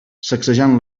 sacsejant